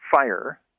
fire